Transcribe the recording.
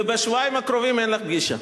ובשבועיים הקרובים אין פגישה.